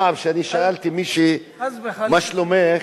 פעם כשאני שאלתי מישהי מה שלומך,